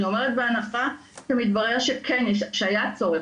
אני אומרת בהנחה שיתברר שהיה צורך.